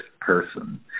person